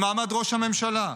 במעמד ראש הממשלה,